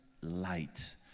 light